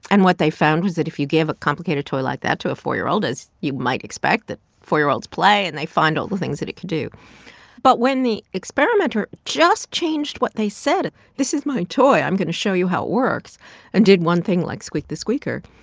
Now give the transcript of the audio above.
and what they found was that if you gave a complicated toy like that to a four year old, as you might expect, that four year olds play and they find all the things that it could do but when the experimenter just changed what they said this is my toy, i'm going to show you how it works and did one thing like squeak the squeaker,